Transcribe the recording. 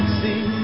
see